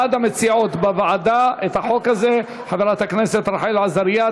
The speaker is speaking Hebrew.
הצעת חוק לפיקוח על איכות המזון ולתזונה נכונה בצהרונים,